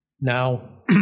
now